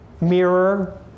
Mirror